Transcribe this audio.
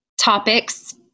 topics